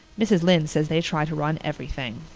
mrs. lynde says they try to run everything.